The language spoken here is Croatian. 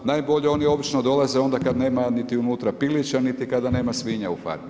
Najbolje, oni obično dolaze, onda kada nema niti unutra pilića niti kada nema svinja u farmi.